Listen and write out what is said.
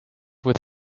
with